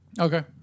Okay